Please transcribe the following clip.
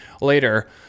Later